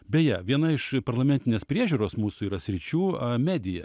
beje viena iš parlamentinės priežiūros mūsų yra sričių medija